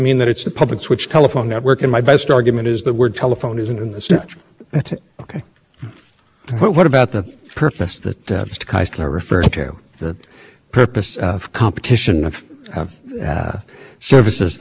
other that they competed if you were providing and this is where i think that's consistent with what mr kushner said but i think this is where the word private does some work the definition is private mobile service however you look at mobile broadband internet access